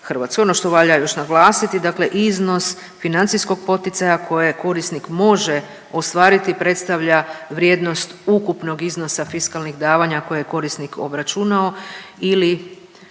u RH. Ono što valja još naglasiti, dakle iznos financijskog poticaja koje korisnik može ostvariti, predstavlja vrijednost ukupnog iznosa fiskalnih davanja koje je korisnik obračunao ili